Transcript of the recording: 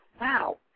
wow